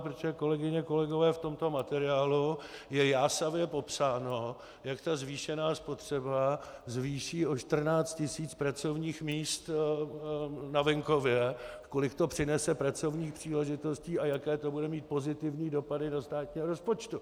Protože, kolegyně, kolegové, v tomto materiálu je jásavě popsáno, jak ta zvýšená spotřeba zvýší o 14 tis. počet pracovních míst na venkově, kolik to přinese pracovních příležitostí a jaké to bude mít pozitivní dopady do státního rozpočtu.